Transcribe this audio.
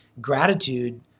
gratitude